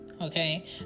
okay